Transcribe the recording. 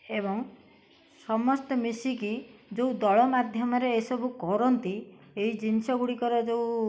ଏବଂ ସମସ୍ତେ ମିଶିକି ଯେଉଁ ଦଳ ମାଧ୍ୟମରେ ଏସବୁ କରନ୍ତି ଏଇ ଜିନିଷ ଗୁଡ଼ିକର ଯେଉଁ